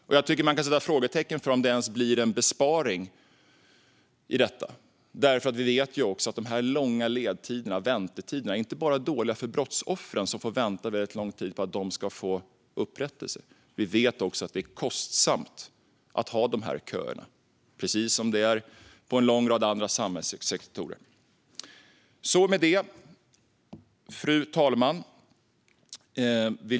Jag tycker att det går att sätta ett frågetecken för om det ens blir en besparing i detta. Vi vet ju att dessa långa ledtider - dessa väntetider - inte bara är dåliga för brottsoffren, som får vänta väldigt lång tid på att få upprättelse, utan att det också är kostsamt att ha dessa köer, precis som det är i en lång rad andra samhällssektorer. Fru talman!